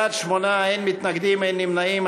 בעד, 8, אין מתנגדים, אין נמנעים.